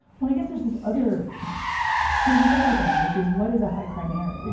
well, i guess there's this other there's this other thing, which is what is a high crime area.